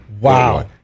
Wow